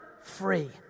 free